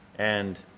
and